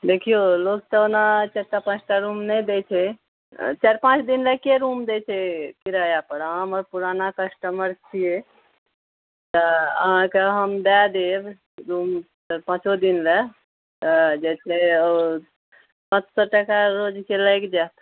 देखिऔ लोक तऽ ओना चारि टा पाँचटा रूम नहि दै छै चारि पाँच दिन लऽके रूम दै छै किरायापर अहाँ हमर पुराना कस्टमर छियै तऽ अहाँके हम दए देब रूम पाँचो दिन लए तऽ जे छै पाँच सए टका रोजके लाइग जायत